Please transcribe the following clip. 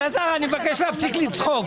אלעזר, אני מבקש להפסיק לצחוק.